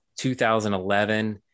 2011